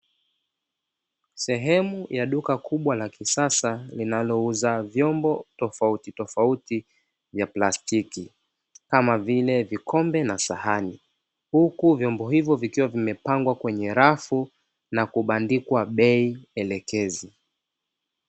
Sehemu ya duka kubwa la kisasa linalouza vyombo tofautitofauti vya plastiki kama vile vikombe na sahani, huku vyombe hivyo vikiwa vimepangwa kwenye rafu na kubandikwa bei elekezi.